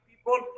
people